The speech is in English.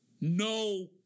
No